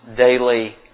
daily